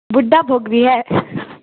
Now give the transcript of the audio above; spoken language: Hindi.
बुड्ढा भोग भी है